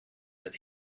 that